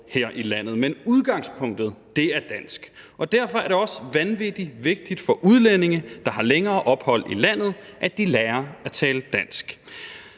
her i landet, men udgangspunktet er dansk. Og derfor er det også vanvittig vigtigt for udlændinge, der har længere ophold i landet, at de lærer at tale dansk.